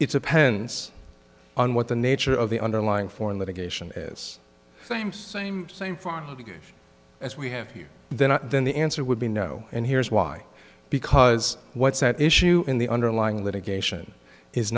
appends on what the nature of the underlying foreign litigation is same same same far as we have you then i then the answer would be no and here's why because what's at issue in the underlying litigation is